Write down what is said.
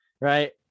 right